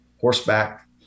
horseback